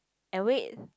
and wait